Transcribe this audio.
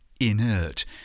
inert